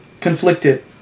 conflicted